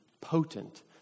potent